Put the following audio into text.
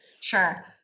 Sure